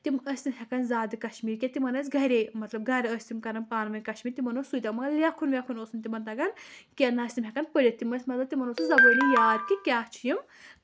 تِم ٲسۍ نہٕ ہٮ۪کان زیادٕ کَشمیٖر کیٚنٛہہ تِمَن ٲسۍ گَرے مطلب گَرٕ ٲسۍ تِم کَران پانہٕ ؤنۍ کَشمیٖری تِمَن اوس سُے مگر لٮ۪کھُن وٮ۪کھُن اوس نہٕ تِمَن تَگان کیٚنٛہہ نَہ ٲسۍ تِم ہٮ۪کان پٔرِتھ تِم ٲسۍ مطلب تِمَن اوس نہٕ زبٲنی یاد تہِ کیٛاہ چھِ یِم